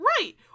Right